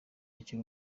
akiri